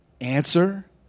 Answer